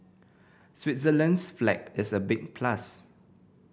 Switzerland's flag is a big plus